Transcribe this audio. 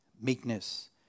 meekness